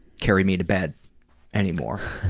carry me to bed anymore.